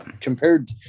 compared